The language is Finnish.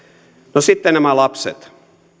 no sitten nämä lapset